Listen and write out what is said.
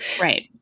right